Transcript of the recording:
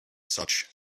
such